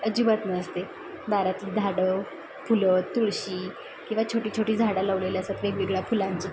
अजिबात नसते आहे दारातली झाडं फुलं तुळशी किंवा छोटीछोटी झाडं लावलेली असतात वेगवेगळ्या फुलांची